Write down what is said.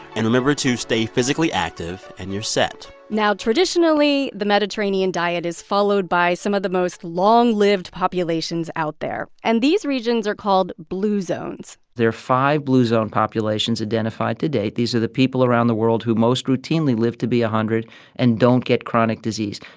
and remember to stay physically active, and you're set now, traditionally, the mediterranean diet is followed by some of the most long-lived populations out there. and these regions are called blue zones there are five blue zone populations identified to date. these are the people around the world who most routinely live to be one hundred and don't get chronic disease.